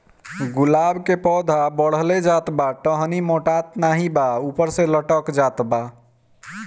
गुलाब क पौधा बढ़ले जात बा टहनी मोटात नाहीं बा ऊपर से लटक जात बा?